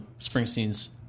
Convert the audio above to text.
Springsteen's